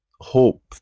hope